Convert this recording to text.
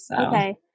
Okay